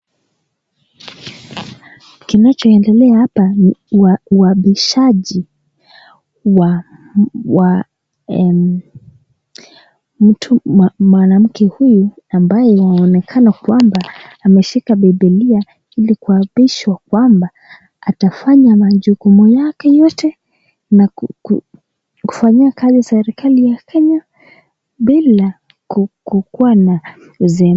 Kinachoendelea hapa ni uhapishaji wa wa mtu... Mwanamke huyu ambaye anaonekana ameshika biblia ili kuhapishwa kwamba hatafanya majukumu yake yote na kufanyia kazi zerikali ya kenya bila kukuwa na uzembeaji.